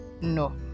no